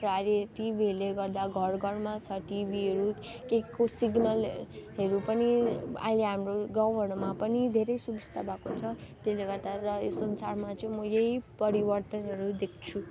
र अहिले टिभीहरूले गर्दा घरघरमा छ टिभीहरू केको सिग्नलहरू पनि अहिले हाम्रो गाउँहरूमा पनि धेरै सुविस्ता भएको छ त्यसले गर्दा र यो संसारमा चाहिँ म यही परिवर्तनहरू देख्छु